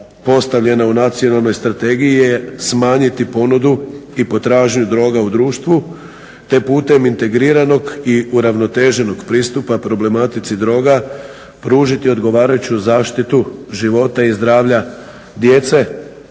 u nacionalnoj strategiji je smanjiti ponudu i potražnju droga u društvu, te putem integriranog i uravnoteženog pristupa problematici droga pružiti odgovarajuću zaštitu života i zdravlja djece,